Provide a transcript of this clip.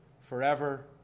forever